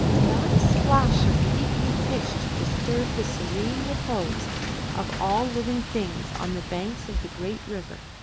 not a splash of leaping fish to disturb the serene repose of all living things on the banks of the great river.